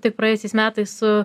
tik praėjusiais metais su